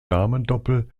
damendoppel